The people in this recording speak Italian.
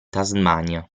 tasmania